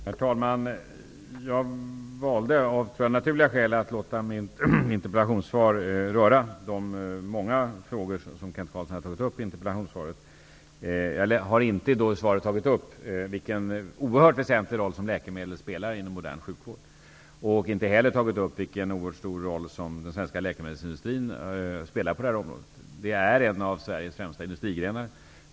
Herr talman! Jag valde av naturliga skäl att låta mitt interpellationssvar röra de många frågor som Kent Carlsson hade tagit upp i interpellationen. Jag har i svaret inte tagit upp vilken oerhört väsentlig roll läkemedel spelar inom modern sjukvård. Jag har inte heller tagit upp vilken oerhört stor roll den svenska läkemedelsindustrin spelar på detta område. Den är en av Sveriges främsta industrigrenar.